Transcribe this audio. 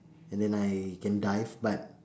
and then I can dive but